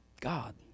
God